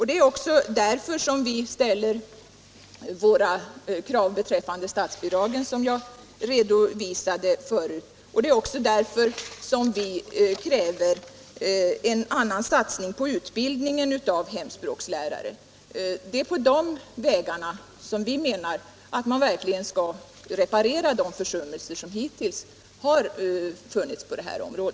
Det är därför som vi ställer våra krav beträffande statsbidragen, som jag redovisade förut. Det är också därför som vi kräver en annan satsning på utbildningen av hemspråkslärare. Det är på de vägarna som vi menar att man verkligen skall reparera de försummelser som hittills har funnits på detta område.